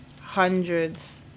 hundreds